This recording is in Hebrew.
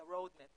את מפת הדרכים,